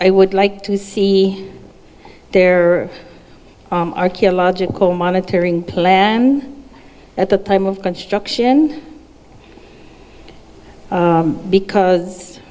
i would like to see there are archaeological monitoring plan at the time of construction because